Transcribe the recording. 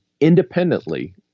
independently